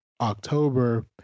October